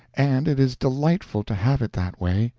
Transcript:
and it is delightful to have it that way,